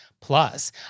Plus